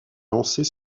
lancer